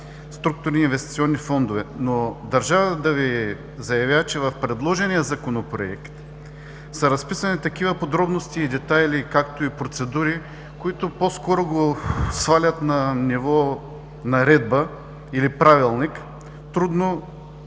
структурни и инвестиционни фондове. Държа да Ви заявя, че в предложения Законопроект са разписани такива подробности и детайли, както и процедури, които по-скоро го свалят на ниво наредба или правилник. Трудно